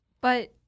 But-